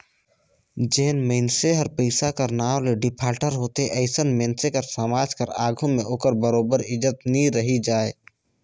जेन मइनसे हर पइसा कर नांव ले डिफाल्टर होथे अइसन मइनसे कर समाज कर आघु में ओकर बरोबेर इज्जत नी रहि जाए